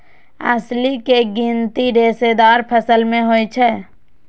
अलसी के गिनती रेशेदार फसल मे होइ छै